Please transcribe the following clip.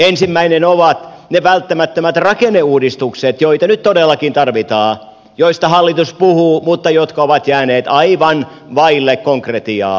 ensimmäinen ovat ne välttämättömät rakenneuudistukset joita nyt todellakin tarvitaan joista hallitus puhuu mutta jotka ovat jääneet aivan vaille konkretiaa